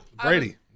Brady